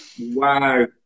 Wow